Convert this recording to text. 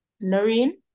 Noreen